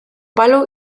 palo